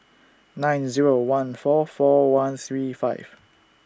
nine Zero one four four one three five